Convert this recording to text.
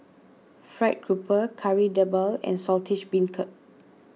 Fried Grouper Kari Debal and Saltish Beancurd